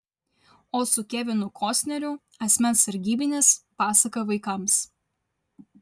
o su kevinu kostneriu asmens sargybinis pasaka vaikams